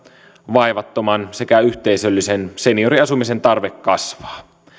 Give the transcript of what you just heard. vaivattoman sekä yhteisöllisen senioriasumisen tarve kasvaa